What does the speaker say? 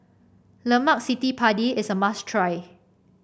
Lemak Padi is a must try